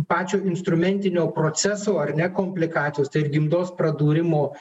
pačio instrumentinio proceso ar ne komplikacijos tai ir gimdos pradūrimo